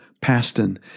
Paston